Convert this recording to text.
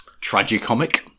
Tragicomic